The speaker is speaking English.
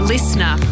Listener